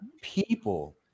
people